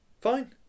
fine